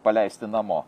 paleisti namo